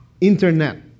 internet